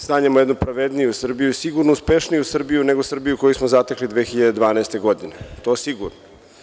Sanjamo jednu pravedniju Srbiju i sigurno uspešniju Srbiju nego Srbiju koju smo zatekli 2012. godine, to sigurno.